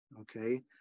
okay